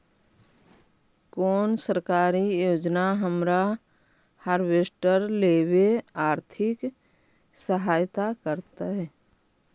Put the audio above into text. कोन सरकारी योजना हमरा हार्वेस्टर लेवे आर्थिक सहायता करतै?